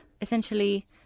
essentially